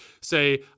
say